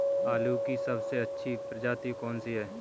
आलू की सबसे अच्छी प्रजाति कौन सी है?